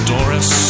Doris